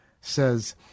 says